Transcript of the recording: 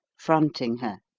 fronting her.